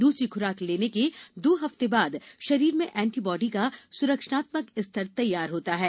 दूसरी खुराक लेने के दो हफ्ते बाद शरीर में एंटीबॉडी का सुरक्षात्मक स्तर तैयार होता है